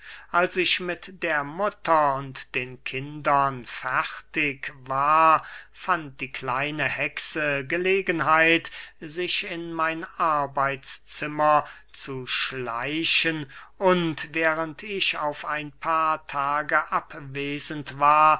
als ich mit der mutter und den kindern fertig war fand die kleine hexe gelegenheit sich in mein arbeitszimmer zu schleichen und während ich auf ein paar tage abwesend war